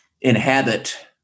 inhabit